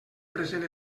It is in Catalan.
present